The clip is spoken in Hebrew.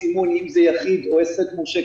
קיים סימון אם זה יחיד או עסק מורשה,